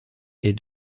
est